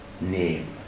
name